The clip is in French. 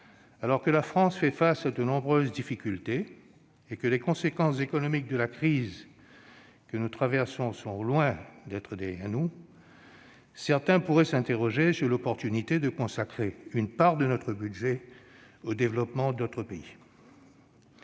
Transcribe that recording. Alors que la France fait face à de nombreuses difficultés et que les conséquences économiques de la crise que nous traversons sont loin d'être derrière nous, certains pourraient s'interroger sur l'opportunité de consacrer une part de notre budget au développement d'autres pays.